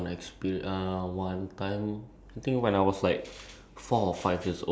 uh if I could go back in time in my life ya same I also